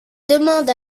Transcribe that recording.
demande